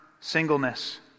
singleness